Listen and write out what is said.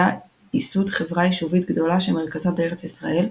ייסוד חברה יישובית גדולה שמרכזה בארץ ישראל,